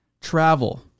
travel